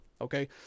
okay